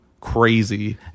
crazy